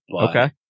Okay